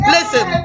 Listen